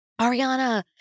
Ariana